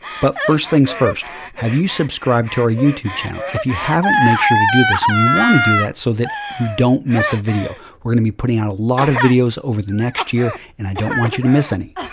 but first things first, have you subscribed to our youtube channel? if you havenit, make sure to do this. and you want to do that so that you donit miss a video. weire going to be putting out lot of videos over the next year and i donit want you to miss any.